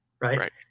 right